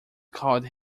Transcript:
called